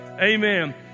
Amen